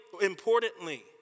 importantly